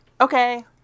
Okay